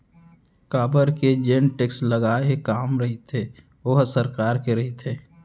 काबर के जेन टेक्स लगाए के काम रहिथे ओहा सरकार के रहिथे